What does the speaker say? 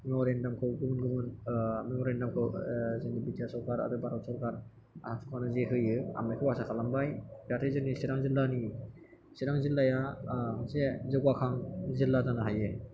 गुबुन गुबुन मेम'रेन्दाम खौ जोंनि बि टि आर सरखार आरो भारत सरखार आबसु आ जे होयो आं बेखौ आसा खालामबाय जाहाथे जोंनि सिरां जिल्लाया मोनसे जौगाखां जिल्ला जानो हायो